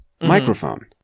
microphone